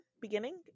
beginning